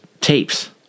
tapes